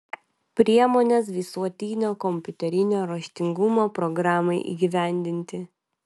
priemonės visuotinio kompiuterinio raštingumo programai įgyvendinti